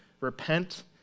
repent